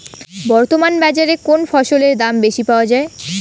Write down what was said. বর্তমান বাজারে কোন ফসলের দাম বেশি পাওয়া য়ায়?